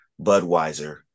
Budweiser